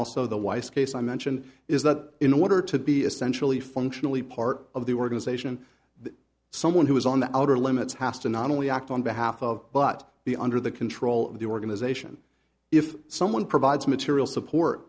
also the weiss case i mention is that in order to be essentially functionally part of the organization that someone who is on the outer limits has to not only act on behalf of but be under the control of the organization if someone provides material support